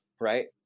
right